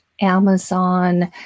Amazon